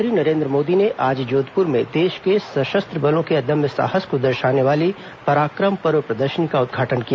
प्रधानमंत्री नरेन्द्र मोदी ने आज जोधपुर में देश के सशस्त्र बलों के अदम्य साहस को दर्शाने वाली पराक्रम पर्व प्रदर्शनी का उदघाटन किया